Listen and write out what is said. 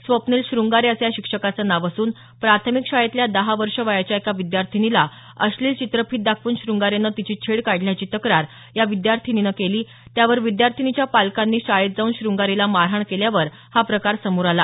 स्वप्नील शृंगारे असं या शिक्षकाचं नाव असून प्राथमिक शाळेतल्या दहा वर्ष वयाच्या एका विद्यार्थिनीला अश्लील चित्रफीत दाखवून शृंगारेने तिची छेड काढल्याची तक्रार या विद्यर्थिनीनं केली त्यावर विद्यार्थिनीच्या पालकांनी शाळेत जाऊन शृंगारेला मारहाण केल्यावर हा प्रकार समोर आला